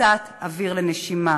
קצת אוויר לנשימה.